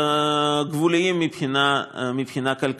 הדי-גבוליים של המכרז מבחינה כלכלית,